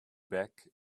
back